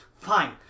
fine